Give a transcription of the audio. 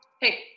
Hey